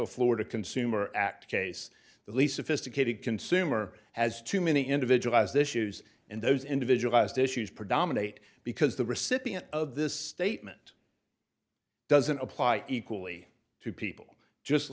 of florida consumer act case the least sophisticated consumer has to many individual has issues and those individual has issues predominate because the recipient of this statement doesn't apply equally to people just